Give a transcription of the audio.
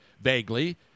vaguely